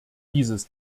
dieses